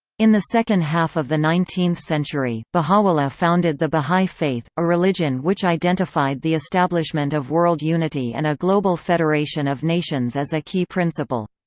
in the second half of the nineteenth century, baha'u'llah founded the baha'i faith, a religion which identified the establishment of world unity and a global federation of nations as a key principle.